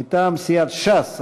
מטעם סיעת ש"ס.